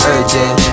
Urgent